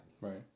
Right